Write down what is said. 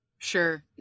Sure